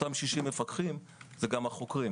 אותם 60 מפקחים הם גם החוקרים,